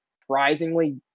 surprisingly